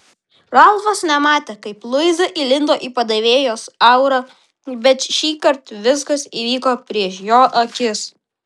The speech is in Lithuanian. ralfas nematė kaip luiza įlindo į padavėjos aurą bet šįkart viskas įvyko prieš jo akis